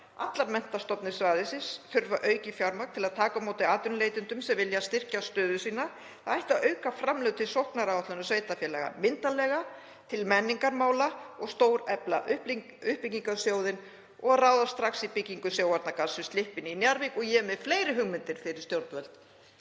Allar menntastofnanir svæðisins þurfa aukið fjármagn til að taka á móti atvinnuleitendum sem vilja styrkja stöðu sína, það ætti að auka framlög til sóknaráætlana sveitarfélaga myndarlega, til menningarmála og stórefla uppbyggingarsjóðinn og ráðast strax í byggingu sjóvarnargarðs við slippinn í Njarðvík. Ég er með fleiri hugmyndir fyrir stjórnvöld.